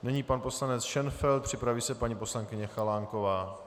Nyní pan poslanec Šenfeld, připraví se paní poslankyně Chalánková.